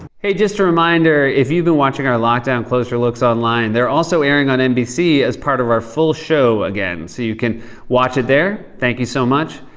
hey, just a reminder, if you've been watching our lockdown closer looks online, they're also airing on nbc as part of our full show again, so you can watch it there. thank you so much.